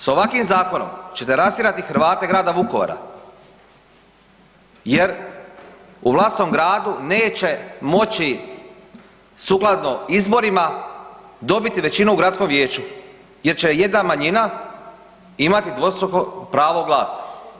S ovakvim zakonom ćete rastjerati Hrvate grada Vukovara jer u vlastitom gradu neće moći sukladno izborima dobiti većinu u gradskom vijeću jer će jedna manjina imati dvostruko pravo glasa.